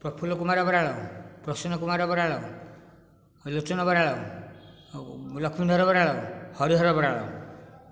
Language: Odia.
ପ୍ରଫୁଲ କୁମାର ବରାଳ ପ୍ରସନ୍ନ କୁମାର ବରାଳ ଲୋଚନ ବରାଳ ଲକ୍ଷ୍ମୀ ଧର ବରାଳ ହରିହର ବରାଳ